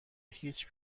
هیچ